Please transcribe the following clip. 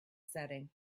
setting